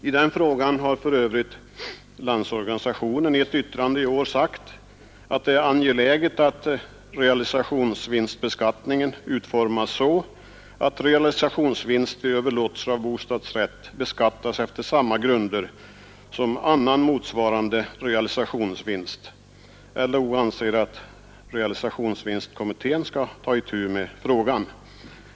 I den frågan har för övrigt Landsorganisationen i ett yttrande i år sagt att det är angeläget att realisationsvinstbeskattningen utformas så, att realisationsvinster vid överlåtelse av bostadsrätt beskattas efter samma grunder som annan motsvarande realisationsvinst. LO anser att realisationsvinstkommittén skall ta itu med frågan.